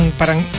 parang